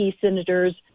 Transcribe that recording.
senators